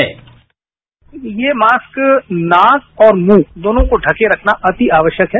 sound bite ये mask नाक और मुंह दोनों को ढ़के रखना अति आवश्यक है